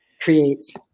creates